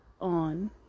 on